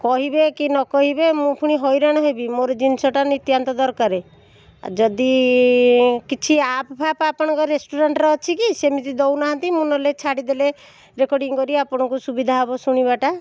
କହିବେ କି ନ କହିବେ ମୁଁ ଫୁଣି ହଇରାଣ ହେବି ମୋର ଜିନିଷଟା ନିତ୍ୟାନ୍ତ ଦରକାର ଯଦି କିଛି ଆପ୍ଫାପ୍ ଆପଣଙ୍କ ରେଷ୍ଟୁରାଣ୍ଟରେ ଅଛିକି ସେମିତି ଦେଉନାହାନ୍ତି ମୁଁ ନହେଲେ ଛାଡ଼ିଦେଲେ ରେକର୍ଡିଂ କରିକି ଆପଣଙ୍କୁ ସୁବିଧା ହେବ ଶୁଣିବାଟା